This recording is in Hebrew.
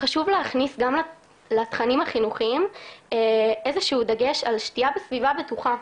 חשוב להכניס לתכנים החינוכיים איזה שהוא דגש על שתייה בסביבה בטוחה.